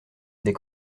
des